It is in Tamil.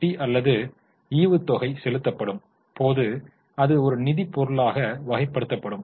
வட்டி அல்லது ஈவுத்தொகை செலுத்தப்படும் போது அது ஒரு நிதி பொருளாக வகைப்படுத்தப்படும்